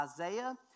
Isaiah